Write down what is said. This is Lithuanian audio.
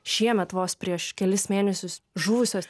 šiemet vos prieš kelis mėnesius žuvusios